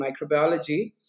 microbiology